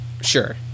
Sure